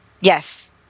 Yes